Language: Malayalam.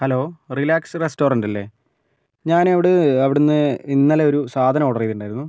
ഹലോ റിലാക്സ് റെസ്റ്റോറൻ്റല്ലേ ഞാൻ അവിടെ അവിടെ നിന്ന് ഇന്നലൊരു സാധനം ഓർഡർ ചെയ്തിട്ടുണ്ടായിരുന്നു